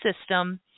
system